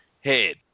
head